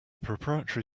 proprietary